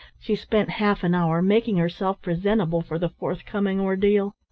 she spent half an hour making herself presentable for the forthcoming ordeal.